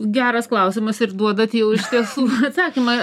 geras klausimas ir duodat jau iš tiesų atsakymą